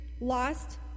lost